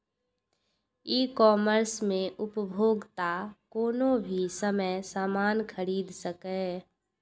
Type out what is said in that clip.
ई commerce मे उपभोक्ता कोनो भी समय सामान खरीद सकैए